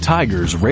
Tigers